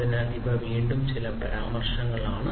അതിനാൽ ഇവ വീണ്ടും ചില പരാമർശങ്ങളാണ്